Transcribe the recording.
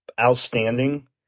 outstanding